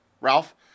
Ralph